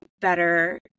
better